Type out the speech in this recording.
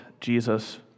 Jesus